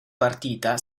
partita